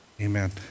Amen